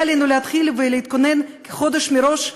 היה עלינו להתחיל ולהתכונן כחודש מראש,